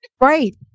Right